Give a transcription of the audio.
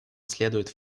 следует